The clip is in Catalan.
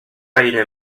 aire